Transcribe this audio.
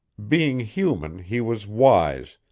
being human, he was wise,